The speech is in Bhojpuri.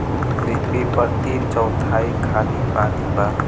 पृथ्वी पर तीन चौथाई खाली पानी बा